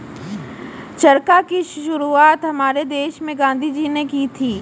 चरखा की शुरुआत हमारे देश में गांधी जी ने की थी